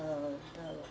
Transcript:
~e the